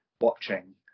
watching